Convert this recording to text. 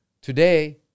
Today